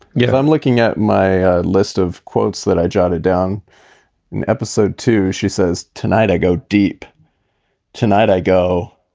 yeah i'm looking at my list of quotes that i jotted down in episode two. she says tonight i go deep tonight i go.